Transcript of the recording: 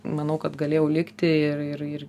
manau kad galėjau likti ir ir ir